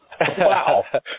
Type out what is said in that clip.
Wow